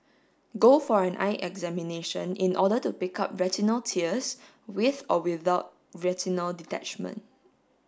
go for an eye examination in order to pick up retinal tears with or without retinal detachment